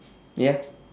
ya